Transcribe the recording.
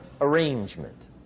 arrangement